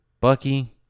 Bucky